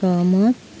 सहमत